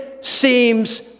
seems